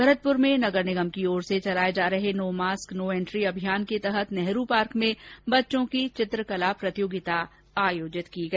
भरतपुर में नगर निगम की ओर से चलाये जा रहे नो मास्क नो एंट्री अभियान के तहत नेहरू पार्क में बच्चों की चित्रकला प्रतियोगिता का आयोजन किया गया